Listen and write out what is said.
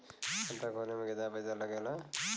खाता खोले में कितना पईसा लगेला?